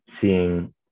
seeing